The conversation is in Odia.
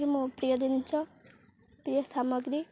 ମୋ ପ୍ରିୟ ଜିନିଷ ପ୍ରିୟ ସାମଗ୍ରୀ